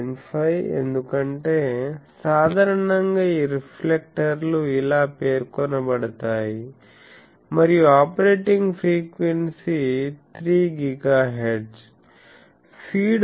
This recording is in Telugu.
5 ఎందుకంటే సాధారణంగా ఈ రిఫ్లెక్టర్లు ఇలా పేర్కొనబడతాయి మరియు ఆపరేటింగ్ ఫ్రీక్వెన్సీ 3 GHz